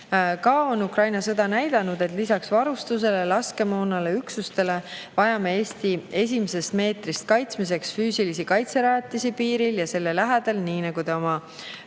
Ka on Ukraina sõda näidanud, et lisaks varustusele, laskemoonale ja üksustele vajame Eesti esimesest meetrist kaitsmiseks füüsilisi kaitserajatisi piiril ja selle lähedal, nii nagu te oma